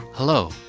Hello